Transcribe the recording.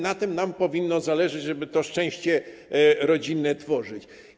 Na tym nam powinno zależeć, żeby to szczęście rodzinne tworzyć.